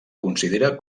considera